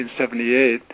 1978